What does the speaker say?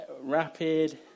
Rapid